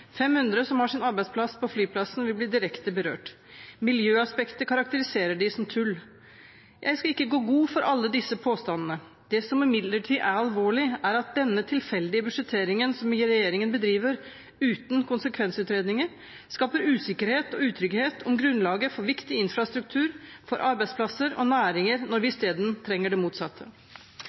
500 som har sin arbeidsplass på flyplassen, vil bli direkte berørt. Miljøaspektet karakteriserer de som «tull». Jeg skal ikke gå god for alle disse påstandene. Det som imidlertid er alvorlig, er at denne tilfeldige budsjetteringen som regjeringen bedriver, uten konsekvensutredninger, skaper usikkerhet og utrygghet om grunnlaget for viktig infrastruktur, for arbeidsplasser og næringer, når vi isteden trenger det motsatte.